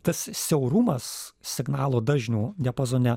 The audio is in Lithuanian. tas siaurumas signalo dažnių diapazone